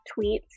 tweets